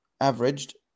averaged